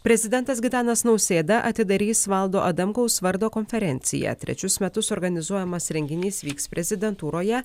prezidentas gitanas nausėda atidarys valdo adamkaus vardo konferenciją trečius metus organizuojamas renginys vyks prezidentūroje